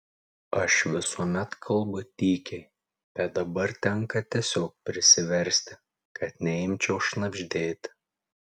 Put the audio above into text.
aš visuomet kalbu tykiai bet dabar tenka tiesiog prisiversti kad neimčiau šnabždėti